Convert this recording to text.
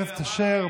בסעיף 36א(ב),